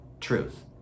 truth